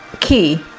key